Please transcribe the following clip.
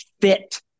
fit